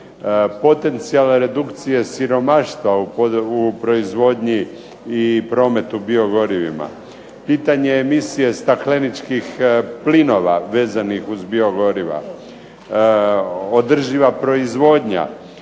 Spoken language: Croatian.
potencijalne redukcije siromaštva u proizvodnji i prometu biogorivima, pitanje emisije stakleničkih plinova vezanih uz biogoriva, održiva proizvodnja,